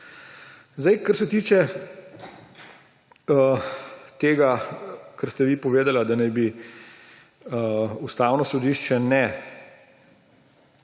ustavo. Kar se tiče tega, kar ste vi povedali, da naj ne bi Ustavno sodišče